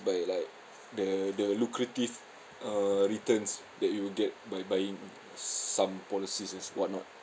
by like the the lucrative uh returns that you will get by buying some policies and what not